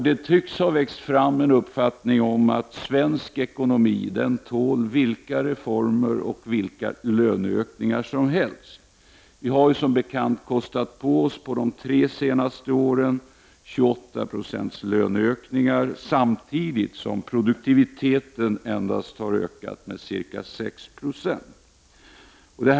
Det tycks ha växt fram en uppfattning om att svensk ekonomi tål vilka reformer och löneökningar som helst. Vi har under de tre senaste åren som bekant kostat på oss 28 20 löneökningar, samtidigt som produktiviteten endast har ökat med ca 6 70.